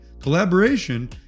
collaboration